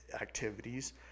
activities